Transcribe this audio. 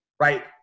Right